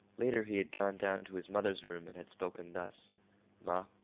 later, he had gone down to his mother's room and had spoken thus ma,